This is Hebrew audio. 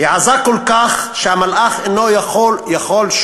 והיא עזה כל כך, שהמלאך שוב אינו יכול לסוגרן.